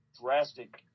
drastic